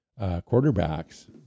quarterbacks